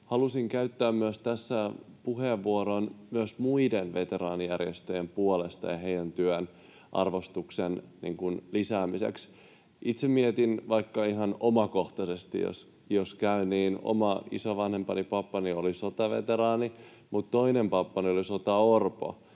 halusin käyttää tässä puheenvuoron myös muiden veteraanijärjestöjen puolesta ja heidän työnsä arvostuksen lisäämiseksi. Itse mietin vaikka ihan omakohtaisesti, jos käy, että oma isovanhempani, pappani, oli sotaveteraani, mutta toinen pappani oli sotaorpo,